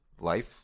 life